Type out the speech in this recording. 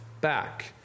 back